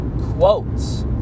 quotes